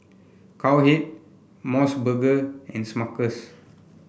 Cowhead MOS burger and Smuckers